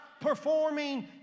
performing